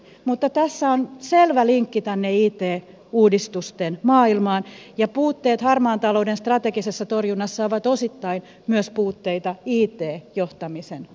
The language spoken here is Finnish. mutta tässä on selvä linkki tänne it uudistusten maailmaan ja puutteet harmaan talouden strategisessa torjunnassa ovat osittain myös puutteita it johtamisen ongelmissa